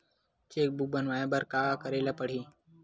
Cheque book बनवाय बर का करे ल पड़हि?